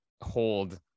hold